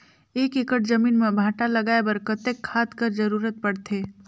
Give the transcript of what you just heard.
एक एकड़ जमीन म भांटा लगाय बर कतेक खाद कर जरूरत पड़थे?